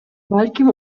балким